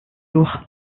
lourd